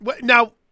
Now